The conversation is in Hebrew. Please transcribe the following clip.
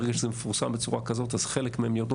ברגע שזה מפורסם בצורה כזאת אז חלק מהן יורדות.